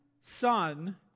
son